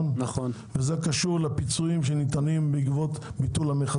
שקשור לפיצויים שניתנים בעקבות ביטול המכסים.